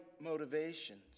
motivations